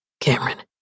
Cameron